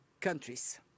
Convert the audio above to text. countries